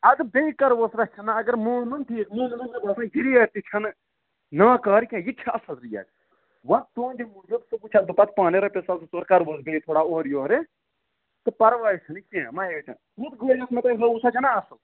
اَدٕ بیٚیہِ کَرہوس رَژھِ ہنا اگر مونُن ٹھیٖک مونُن نہٕ مےٚ باسان یہِ ریٹ تہِ چھَ نہٕ ناکار کیٚنٛہہ یہِ تہِ چھِ اَصٕل ریٹ وۅنۍ تُہٕنٛدِ موجوٗب سُہ وُچھس بہٕ پَتہٕ پانے رۄپیہِ ساس زٕ ژورٕ کَرہوس بیٚیہِ تھوڑا اورٕیورٕ تہٕ پرواے چھُ نہٕ کیٚنٛہہ مٔہ ہےٚ ٹٮ۪نشن ہُتھ گٲڑۍ یۅس مےٚ تۄہہِ ہٲووٕ سۄ چھَنا اَصٕل